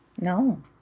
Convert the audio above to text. No